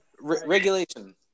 Regulation